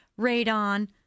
radon